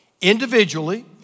individually